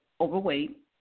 overweight